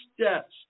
steps